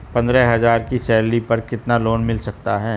पंद्रह हज़ार की सैलरी पर कितना लोन मिल सकता है?